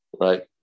Right